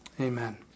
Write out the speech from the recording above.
Amen